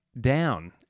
down